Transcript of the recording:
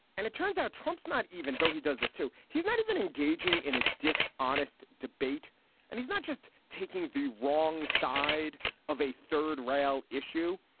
and it turns out trump's not even though he does this too. he's not even engaging in a dis honest debate and he's not just taking the wrong side of a third rail issue.